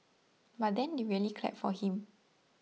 but then they really clapped for him